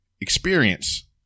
experience